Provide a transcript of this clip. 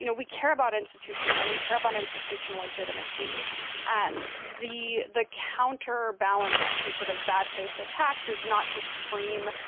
you know we care about institutions and we care about institutional legitimacy um and the counter balance to sort of bad faith attacks is not to scream.